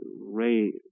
ray